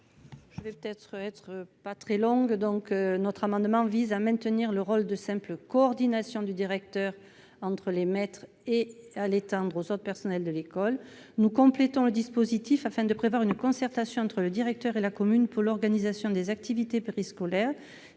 Mme Marie-Pierre Monier. Notre amendement vise à maintenir le rôle de simple coordination du directeur d'école entre les maîtres et à l'étendre aux autres personnels de l'école. Nous proposons de compléter le dispositif afin de prévoir une concertation entre le directeur et la commune pour l'organisation des activités périscolaires.